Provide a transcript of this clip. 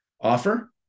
Offer